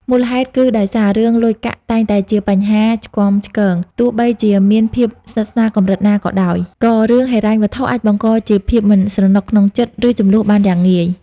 មូលហេតុគឺដោយសារ រឿងលុយកាក់តែងតែជាបញ្ហាឆ្គាំឆ្គង ទោះបីជាមានភាពស្និទ្ធស្នាលកម្រិតណាក៏ដោយ ក៏រឿងហិរញ្ញវត្ថុអាចបង្កជាភាពមិនស្រណុកក្នុងចិត្ត ឬជម្លោះបានយ៉ាងងាយ។